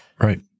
Right